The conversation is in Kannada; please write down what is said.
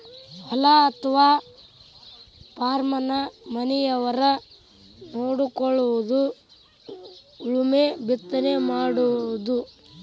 ಹೊಲಾ ಅಥವಾ ಪಾರ್ಮನ ಮನಿಯವರ ನೊಡಕೊಳುದು ಉಳುಮೆ ಬಿತ್ತನೆ ಮಾಡುದು